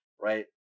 right